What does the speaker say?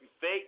fake